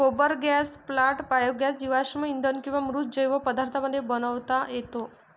गोबर gas plant biogas जीवाश्म इंधन किंवा मृत जैव पदार्थांपासून बनवता येतो